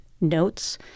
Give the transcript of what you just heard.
notes